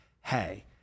Hey